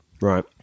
Right